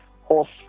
horse